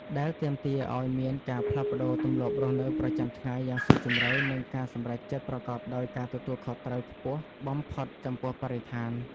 ដែលទាមទារឱ្យមានការផ្លាស់ប្តូរទម្លាប់រស់នៅប្រចាំថ្ងៃយ៉ាងស៊ីជម្រៅ និងការសម្រេចចិត្តប្រកបដោយការទទួលខុសត្រូវខ្ពស់បំផុតចំពោះបរិស្ថាន។